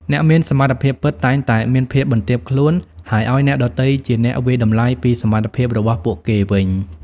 អ្នកមានសមត្ថភាពពិត តែងតែមានភាពបន្ទាបខ្លួន ហើយឱ្យអ្នកដទៃជាអ្នកវាយតម្លៃពីសមត្ថភាពរបស់ពួកគេវិញ។